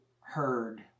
heard